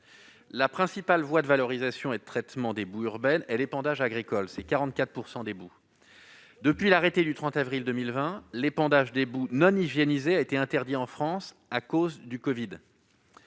La principale voie de valorisation et de traitement des boues urbaines est l'épandage agricole, qui concerne 44 % des boues. Depuis l'arrêté du 30 avril 2020, l'épandage des boues non hygiénisées a été interdit en France à cause du covid.